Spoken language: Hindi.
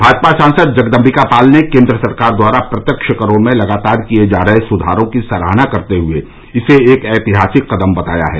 भाजपा सांसद जगदम्बिका पाल ने केन्द्र सरकार द्वारा प्रत्यक्ष करों में लगातार किये जा रहे सुधारों की सराहना करते हुए इसे एक ऐतिहासिक कदम बताया है